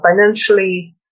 financially